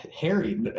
Harry